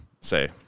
say